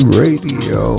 radio